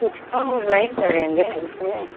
कुछ कम उम नहीं करेंगे इसमें